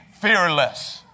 Fearless